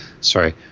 Sorry